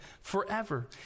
forever